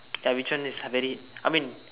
ya which one is very I mean